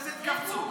איזה התכווצות?